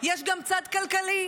יש גם צד כלכלי.